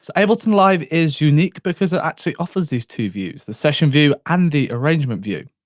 so ableton live is unique, because it actually offers these two views, the session view and the arrangement view.